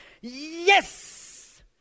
yes